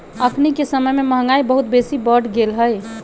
अखनिके समय में महंगाई बहुत बेशी बढ़ गेल हइ